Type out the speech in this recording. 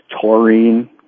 Taurine